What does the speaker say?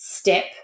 step